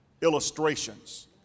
illustrations